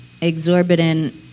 exorbitant